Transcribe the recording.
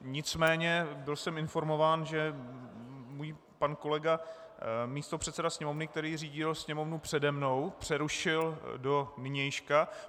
Nicméně byl jsem informován, že můj pan kolega místopředseda Sněmovny, který řídil sněmovnu přede mnou, přerušil do nynějška.